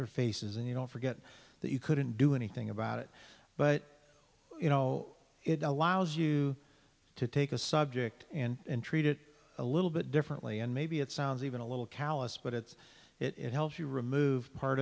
their faces and you don't forget that you couldn't do anything about it but you know it allows you to take a subject and treat it a little bit differently and maybe it sounds even a little callous but it's it helps you remove part